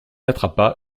attrapa